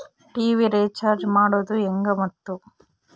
TV recharge ಮಾಡೋದು ಹೆಂಗ ಮತ್ತು?